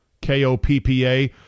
K-O-P-P-A